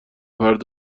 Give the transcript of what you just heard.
باید